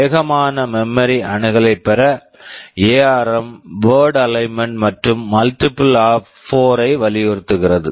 வேகமான memory memory அணுகலைப் பெற ARM ARM word word alignment alignment மற்றும் மல்டிபிள் multiple ஆப் of 4 -ஐ வலியுறுத்துகிறது